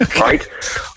right